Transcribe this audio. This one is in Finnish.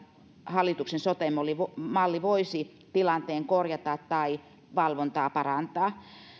hallituksen sote malli voisi tilanteen korjata tai valvontaa parantaa